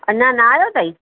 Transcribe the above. अञा न आयो अथई